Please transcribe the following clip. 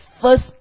first